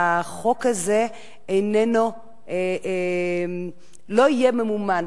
החוק הזה לא יהיה ממומן,